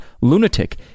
lunatic